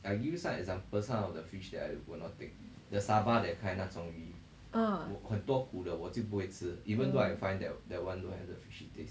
ah oh